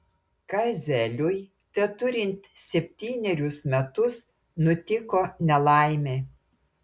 kazeliui teturint septynerius metus nutiko nelaimė